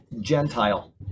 gentile